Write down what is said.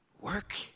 work